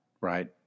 right